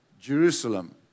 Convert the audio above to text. Jerusalem